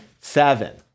Seven